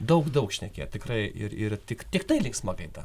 daug daug šnekėt tikrai ir ir tik tiktai linksma gaida